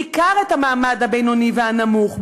בעיקר את המעמד הבינוני והנמוך,